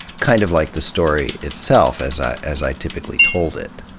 kind of like the story itself as i as i typically told it.